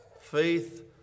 Faith